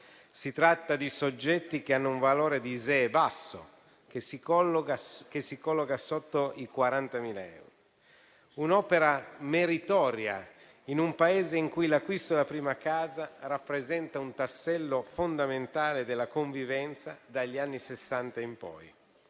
Si tratta di soggetti che hanno un valore di ISEE basso, che si colloca sotto i 40.000 euro. Si tratta di un'opera meritoria in un Paese in cui l'acquisto della prima casa rappresenta un tassello fondamentale della convivenza dagli anni Sessanta in poi.